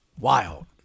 wild